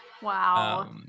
Wow